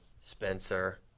Spencer